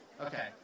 Okay